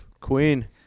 queen